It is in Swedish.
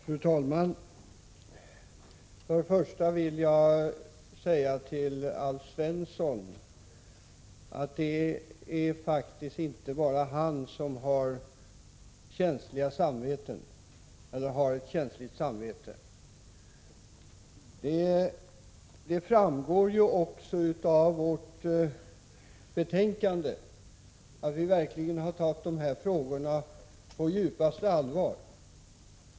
Fru talman! För det första vill jag säga till Alf Svensson att det faktiskt inte bara är han som har ett känsligt samvete. Det framgår av utskottets betänkande att vi verkligen har tagit dessa frågor på djupaste allvar.